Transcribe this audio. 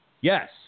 Yes